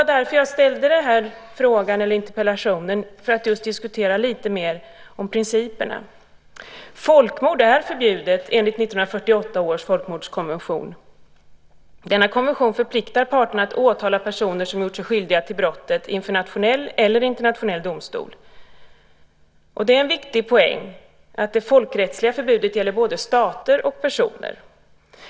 Jag framställde den här interpellationen för att få tillfälle att diskutera lite mer om principerna. Folkmord är förbjudet enligt 1948 års folkmordskonvention. Denna konvention förpliktar parterna att åtala personer som gjort sig skyldiga till detta brott inför nationell eller internationell domstol. Det är en viktig poäng att det folkrättsliga förbudet gäller både stater och personer.